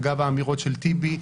אגב האמירות של טיבי,